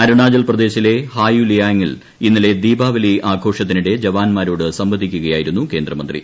അരുണാചൽ പ്രദേശിലെ ഹായുലിയാങ്ങിൽ ഇന്നലെ ദീപാവലി ആഘോഷത്തിനിടെ ജവാൻമാരോട് സംവദിക്കുകയായിരുന്നു കേന്ദ്രമന്ത്രി